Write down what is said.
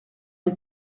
est